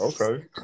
Okay